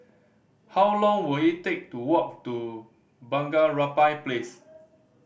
how long will it take to walk to Bunga Rampai Place